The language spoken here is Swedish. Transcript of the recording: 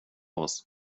oss